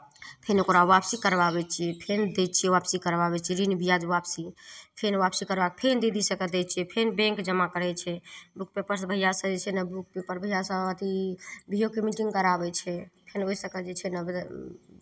फेर ओकरा वापसी करवाबै छियै फेर दै छियै वापसी करवाबै छियै ऋण ब्याज वापसी फेर वापसी करबा फेर दीदी सभके दै छियै फेर बैंक जमा करै छियै ग्रुप पेपर भैयासभ जे छै ने ग्रुप पेपर भैया से अथि भैयोके मिटिंग करवाबै छै फेर ओहि सभकेँ जे छै ने